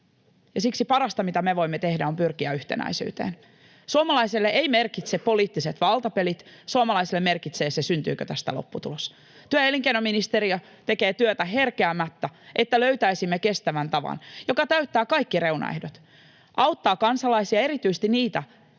Siksi parasta, mitä me voimme tehdä, on pyrkiä yhtenäisyyteen. Suomalaisille eivät merkitse poliittiset valtapelit, suomalaisille merkitsee se, syntyykö tästä lopputulos. Työ- ja elinkeinoministeriö tekee työtä herkeämättä, että löytäisimme kestävän tavan, joka täyttää kaikki reunaehdot, auttaa kansalaisia, oikein